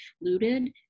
looted